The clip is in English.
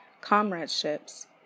comradeships